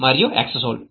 మరియు xsol